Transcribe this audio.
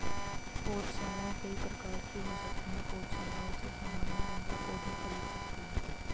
पौधशालाएँ कई प्रकार की हो सकती हैं पौधशालाओं से सामान्य जनता पौधे खरीद सकती है